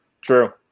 True